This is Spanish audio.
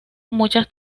muchas